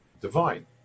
divine